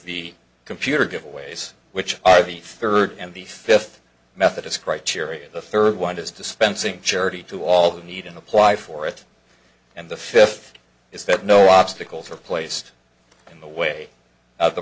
the computer giveaways which are the third and the fifth method is criteria the third one is dispensing charity to all the need and apply for it and the fifth is that no obstacles are placed in the way of the